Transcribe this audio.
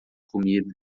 comida